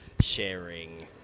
sharing